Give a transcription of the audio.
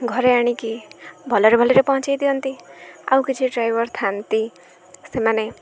ଘରେ ଆଣିକି ଭଲରେ ଭଲରେ ପହଞ୍ଚେଇ ଦିଅନ୍ତି ଆଉ କିଛି ଡ୍ରାଇଭର୍ ଥାଆନ୍ତି ସେମାନେ